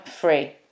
free